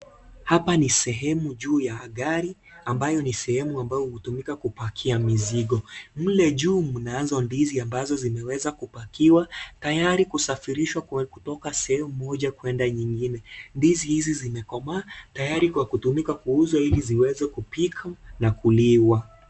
Hapa ni sehemu juu ya gari ambayo ni sehemu hutumika kupakia mizigo. Mle juu mnazo ndizi zimeweza kupakiwa tayari kusafirishwa kutoka sehemu moja kwenda kwingine. Ndizi hizi zimekomaa tayari kwa kutumia kuuzwa Ili ziweze kupikwa na kuliwa.